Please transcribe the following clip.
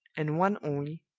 and one only,